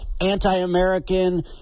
anti-American